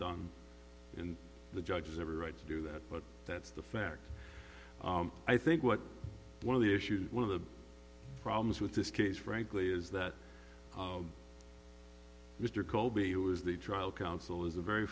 done and the judge has every right to do that but that's the fact i think what one of the issues one of the problems with this case frankly is that mr colby who is the trial counsel is a very